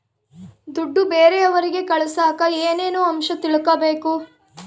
ದುಡ್ಡು ಬೇರೆಯವರಿಗೆ ಕಳಸಾಕ ಏನೇನು ಅಂಶ ತಿಳಕಬೇಕು?